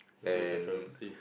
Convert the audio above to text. and